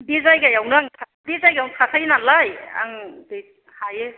बे जायगायावनो आं था बे जायगायावनो थाखायो नालाय आं बे हायो